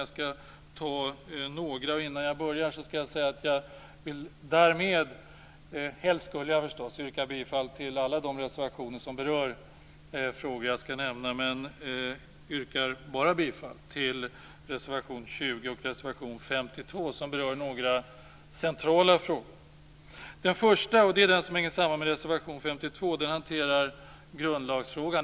Jag skall ta upp några men innan jag gör det vill jag säga att jag - helst skulle jag förstås vilja yrka bifall till alla reservationer som berör de frågor som jag kommer att ta upp - yrkar bifall till reservationerna 20 och 52, som berör några centrala frågor. Först till en sak som hänger samman med reservation 52 och hanteringen av grundlagsfrågan.